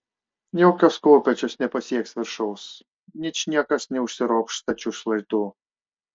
jokios kopėčios nepasieks viršaus ničniekas neužsiropš stačiu šlaitu